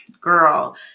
girl